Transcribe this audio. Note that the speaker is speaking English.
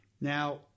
Now